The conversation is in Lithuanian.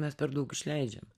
mes per daug išleidžiame